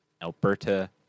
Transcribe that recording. Alberta